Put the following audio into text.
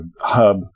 hub